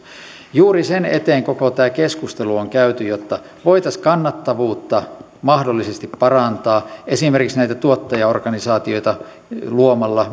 juuri sen eteen koko tämä keskustelu on käyty jotta voitaisiin kannattavuutta mahdollisesti parantaa esimerkiksi näitä tuottajaorganisaatioita luomalla